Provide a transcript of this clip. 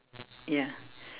ya